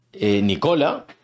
Nicola